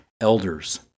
elders